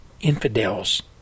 infidels